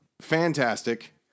fantastic